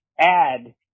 add